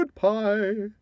Goodbye